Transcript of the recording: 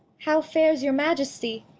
how fairs your majesty?